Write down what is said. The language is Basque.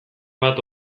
bat